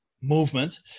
movement